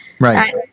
Right